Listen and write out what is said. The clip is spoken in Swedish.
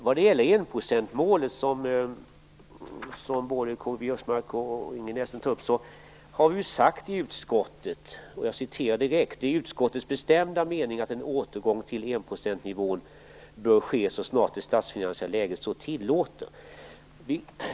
Vad gäller enprocentsmålet, som både K-G Biörsmark och Ingrid Näslund tar upp, har vi sagt följande i utskottsbetänkandet: "Det är utskottets bestämda mening att en återgång till enprocentsnivån bör ske så snart det statsfinansiella läget så tillåter."